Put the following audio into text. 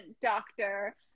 doctor